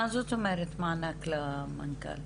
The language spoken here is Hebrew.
מה זאת אומרת מענק למנכ"ל?